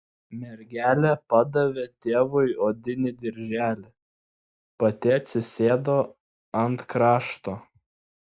mergelė padavė tėvui odinį dirželį pati atsisėdo ant krašto